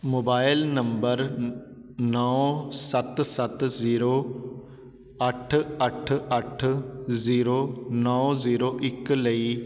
mobile number ਨੌ ਸੱਤ ਸੱਤ ਜ਼ੀਰੋ ਅੱਠ ਅੱਠ ਅੱਠ ਜ਼ੀਰੋ ਨੌ ਜ਼ੀਰੋ ਇੱਕ ਲਈ